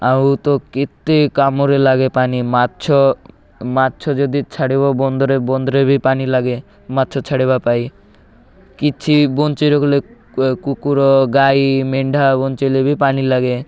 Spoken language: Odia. ଆଉ ତ କେତେ କାମରେ ଲାଗେ ପାଣି ମାଛ ମାଛ ଯଦି ଛାଡ଼ିବ ବନ୍ଦରେ ବନ୍ଦରେ ବି ପାଣି ଲାଗେ ମାଛ ଛାଡ଼ିବା ପାଇଁ କିଛି ବଞ୍ଚାଇ ରଖଲେ କୁକୁର ଗାଈ ମେଣ୍ଢା ବଞ୍ଚାଇଲେ ବି ପାଣି ଲାଗେ